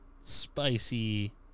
spicy